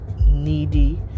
needy